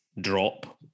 drop